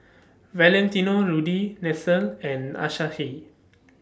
Valentino Rudy Nestle and Asahi